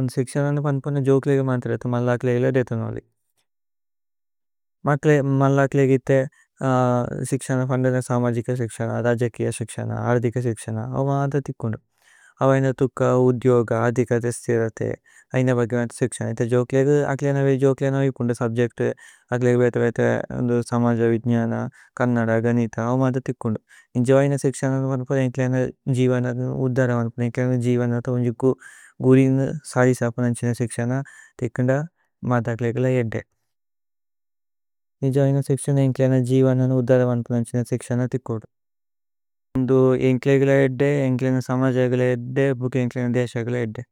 ഉന്ദു സിക്സനനു। പന്പുന്ദു ജോക്ലേഗ മന്ത്രതു മന്ലക്ലേഗ ലദേതനു। വലി മന്ലക്ലേഗ ഇത്തേ സിക്സന। പന്ദന സമജിക സിക്സന അദജകിഅ സിക്സന। അര്ധിക സിക്സന അവ മാന്ത തികുന്ദു അവൈന। ഥുക്ക ഉധിയോഗ അര്ധിക തേസ്തിഅരതേ അയ്നു വഗേ। വന്തേ സിക്സന ഇത ജോക്ലേഗ അക്ലേന വേ ജോക്ലേന വേ। ഇപുന്ദു സുബ്ജേക്തു അക്ലേഗ ബേതേ ബേതേ ഉന്ദു സമജ। ജ്ഞന, കന്നദ, ഗനിത, അവ മാന്ത തികുന്ദു। നിജവൈന സിക്സനനു പന്പുന്ദു ഏന്ഗ്ലേന ഉദ്ദര മന്പുന്ദു ഏന്ഗ്ലേന ജിവനത ഉന്ദു ഗുരിനു സരി। സപനന്ചേന സിക്സന ഇതികുന്ദ മധക്ലേഗ ഏദ്ദേ। നിജവൈന സിക്സന ഏന്ഗ്ലേന ജിവനനു ഉദ്ദര മന്। പുന്ദു ഇതിന സിക്സന തികുന്ദു നിജവൈന സിക്സന। ഏന്ഗ്ലേന ജിവനനു ഉദ്ദര ഇതികുന്ദ മധക്ലേഗ ഏദ്ദേ।